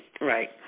Right